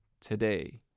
today